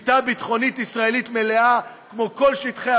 שליטה ביטחונית ישראלית מלאה כמו כל שטחי